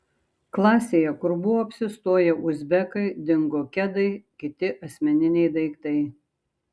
klasėje kur buvo apsistoję uzbekai dingo kedai kiti asmeniniai daiktai